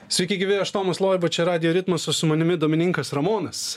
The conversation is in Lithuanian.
sveiki gyvi aš tomas loiba čia radijo ritmas o su manimi domininkas ramonas